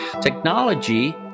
technology